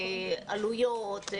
עלויות,